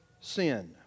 sin